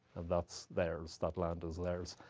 and that's theirs. that land is theirs.